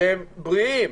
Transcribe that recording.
שהם בריאים.